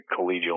collegial